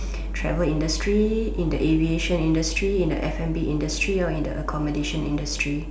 travel industry in the aviation industry in the F&B industry or in the accommodation industry